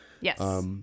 Yes